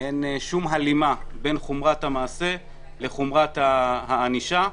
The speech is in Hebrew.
אין שום הלימה בין חומרת המעשה לחומרת הענישה,